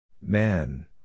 Man